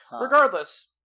Regardless